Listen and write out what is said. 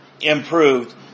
improved